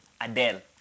Adele